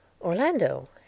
Orlando